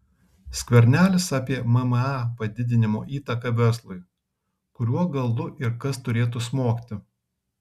skvernelis apie mma padidinimo įtaką verslui kuriuo galu ir kas turėtų smogti